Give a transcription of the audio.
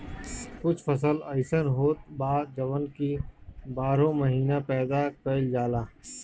कुछ फसल अइसन होत बा जवन की बारहो महिना पैदा कईल जाला